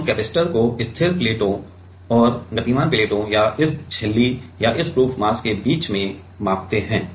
अब हम कपैसिटर को स्थिर प्लेटों और गतिमान प्लेटों या इस झिल्ली या इस प्रूफ मास के बीच में मापते हैं